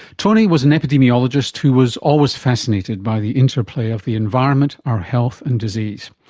tony was an epidemiologist who was always fascinated by the interplay of the environment, our health and disease.